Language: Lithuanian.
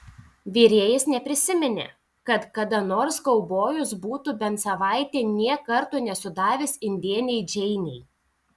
virėjas neprisiminė kad kada nors kaubojus būtų bent savaitę nė karto nesudavęs indėnei džeinei